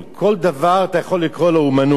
לכל דבר אתה יכול לקרוא אמנות.